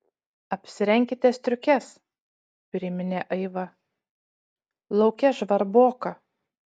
apsirenkite striukes priminė aiva lauke žvarboka